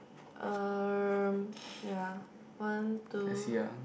um yea one two